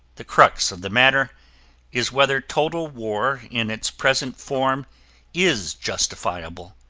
the crux of the matter is whether total war in its present form is justifiable,